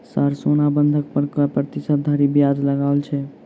Sir सोना बंधक पर कऽ प्रतिशत धरि ब्याज लगाओल छैय?